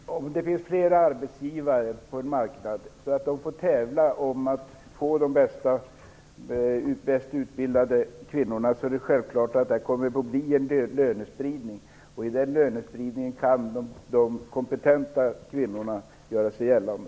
Herr talman! Om det finns flera arbetsgivare på en marknad så att de får tävla om att få de bäst utbildade kvinnorna är det självklart att det kommer att bli en lönespridning. I den lönespridningen kan de kompetenta kvinnorna göra sig gällande.